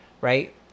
Right